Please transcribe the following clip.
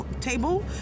table